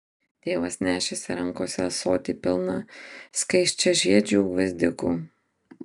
tėvas nešėsi rankose ąsotį pilną skaisčiažiedžių gvazdikų